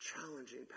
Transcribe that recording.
challenging